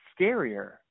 scarier